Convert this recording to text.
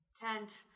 tent